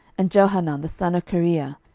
and johanan the son of careah,